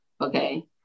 Okay